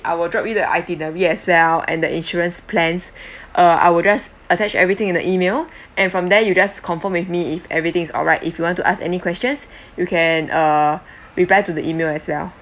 I will drop you the itinerary as well and the insurance plans uh I will just attach everything in the email and from there you just confirm with me if everything's alright if you want to ask any questions you can uh reply to the email as well